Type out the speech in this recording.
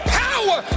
power